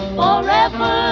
forever